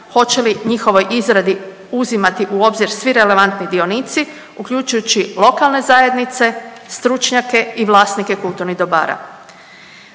Hoće li njihovoj izradi uzimati u obzir svi relevantni dionici uključujući lokalne zajednice, stručnjake i vlasnike kulturnih dobara?